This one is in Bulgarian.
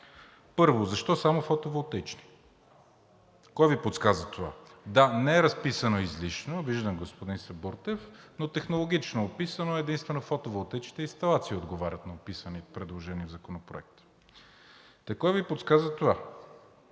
Първо, защо само фотоволтаични? Кой Ви подсказа това? Да, не е разписано излишно – виждам, господин Сабрутев, но технологично е описано – единствено фотоволтаичните инсталации отговарят на описаните предложения в Законопроекта. Кой Ви подсказа това?